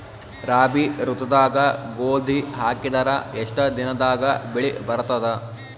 ರಾಬಿ ಋತುದಾಗ ಗೋಧಿ ಹಾಕಿದರ ಎಷ್ಟ ದಿನದಾಗ ಬೆಳಿ ಬರತದ?